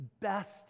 best